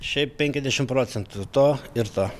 šiaip penkiasdešim procentų to ir to